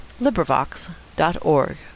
LibriVox.org